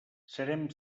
serem